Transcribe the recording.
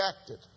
acted